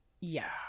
Yes